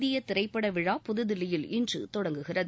இந்திய திரைப்பட விழா புதுதில்லியில் இன்று தொடங்குகிறது